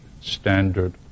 standard